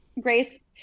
Grace